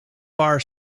bar